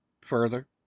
further